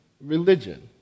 religion